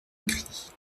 écrit